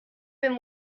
been